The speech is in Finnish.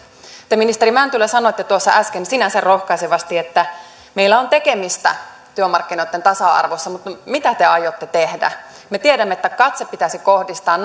te ministeri mäntylä sanoitte tuossa äsken sinänsä rohkaisevasti että meillä on tekemistä työmarkkinoitten tasa arvossa mutta mitä te aiotte tehdä me tiedämme että katse pitäisi kohdistaa